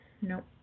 Nope